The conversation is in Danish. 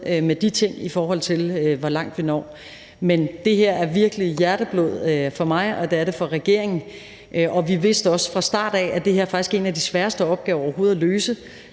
med de ting, i forhold til hvor langt vi skulle være nået. Men det her er virkelig hjerteblod for mig, og det er det for regeringen. Vi vidste også fra start af, at det her faktisk var en af de sværeste opgaver overhovedet at løse.